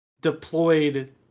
deployed